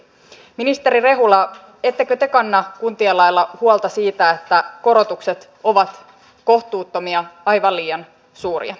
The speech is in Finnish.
ministeri rehula ettekö te kanna kuntien lailla silti huomauttaisin että korotukset ovat kohtuuttomia aivan liian suuria